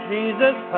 Jesus